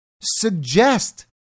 suggest